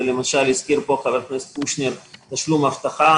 למשל, הזכיר פה חבר הכנסת תשלום אבטחה.